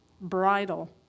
bridle